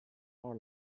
our